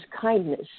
kindness